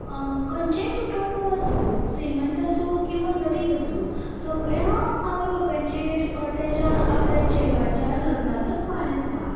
खंयचेंय कुटुंब आसूं श्रीमंत आसूं किंवा गरीब आसूं सगल्या आवय बापायचेर ताज्या आपल्या चेडवाच्या लग्नाचोच भार आसता